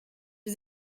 des